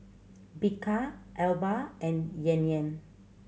Bika Alba and Yan Yan